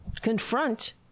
confront